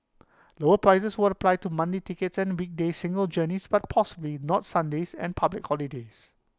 lower prices would apply to monthly tickets and weekday single journeys but possibly not Sundays or public holidays